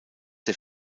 der